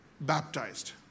baptized